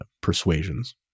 persuasions